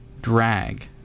drag